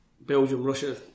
Belgium-Russia